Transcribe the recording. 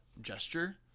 gesture